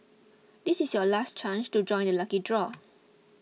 this is your last chance to join the lucky draw